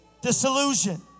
disillusion